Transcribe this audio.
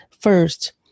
first